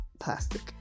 plastic